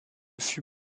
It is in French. fus